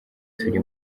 turi